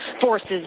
forces